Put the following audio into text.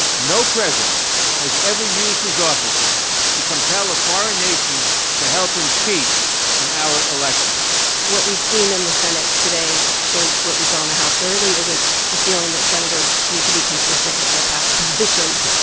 no president has ever used his office to compel a foreign nation to help him cheat in our elections what we've seen in the senate today shows what we saw in the house. there really isn't a feeling that senators need to be consistent with their past positions.